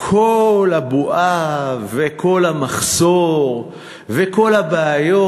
כל הבועה וכל המחסור וכל הבעיות,